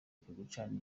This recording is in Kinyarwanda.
gucana